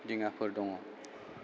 दिङाफोर दङ